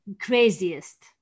craziest